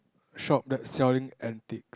shop that selling antiques